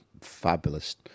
Fabulous